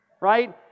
right